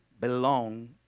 belong